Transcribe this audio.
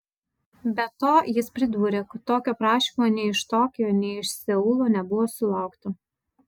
be to jis pridūrė kad tokio prašymo nei iš tokijo nei iš seulo nebuvo sulaukta